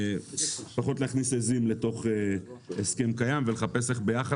פחות להכניס עזים לתוך הסכם קיים ולחפש איך ביחד